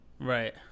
Right